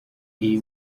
iri